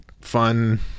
fun